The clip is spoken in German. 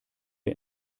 wir